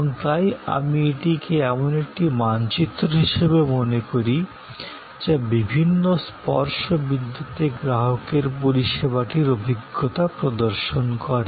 এবং তাই আমি এটিকে এমন একটি মানচিত্র হিসাবে মনে করি যা বিভিন্ন স্পর্শ বিন্দুতে গ্রাহকের পরিষেবাটির অভিজ্ঞতা প্রদর্শন করে